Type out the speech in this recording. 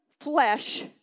flesh